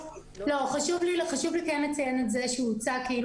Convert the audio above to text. חשוב לי כן לציין את זה שהוצג כאילו